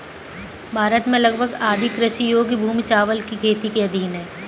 भारत में लगभग आधी कृषि योग्य भूमि चावल की खेती के अधीन है